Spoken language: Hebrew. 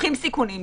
לוקחים סיכונים,